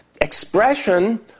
expression